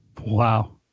Wow